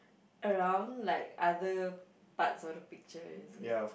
around like other parts of the picture is it